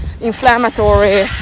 inflammatory